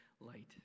light